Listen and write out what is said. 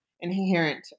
inherent